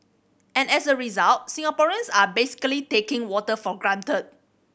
and as a result Singaporeans are basically taking water for granted